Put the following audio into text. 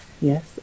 yes